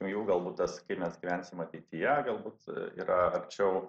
jų galbūt tas kaip mes gyvensim ateityje galbūt yra arčiau